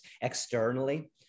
externally